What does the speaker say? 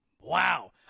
Wow